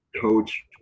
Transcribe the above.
coach